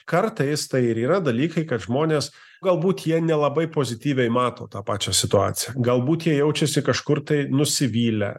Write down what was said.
kartais tai ir yra dalykai kad žmonės galbūt jie nelabai pozityviai mato tą pačią situaciją galbūt jie jaučiasi kažkur tai nusivylę